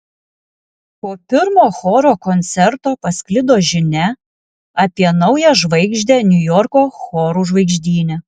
po pirmo choro koncerto pasklido žinia apie naują žvaigždę niujorko chorų žvaigždyne